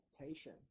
expectation